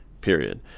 period